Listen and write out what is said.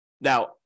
Now